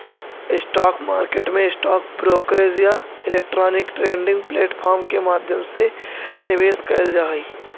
stock market में stock brokerage या electronic trading platform के माध्यम से निवेश कैल जा हइ